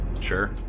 Sure